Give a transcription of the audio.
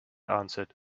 answered